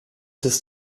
des